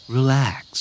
Relax